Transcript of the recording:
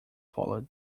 followed